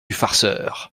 farceur